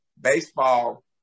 baseball